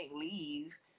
leave